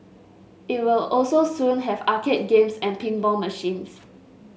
it will also soon have arcade games and pinball machines